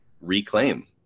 reclaim